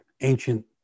Ancient